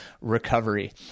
recovery